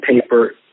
paper